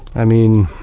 i mean